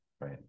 Right